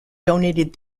donated